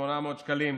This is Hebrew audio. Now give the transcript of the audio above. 3,800 שקלים,